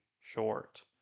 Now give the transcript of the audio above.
short